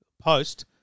post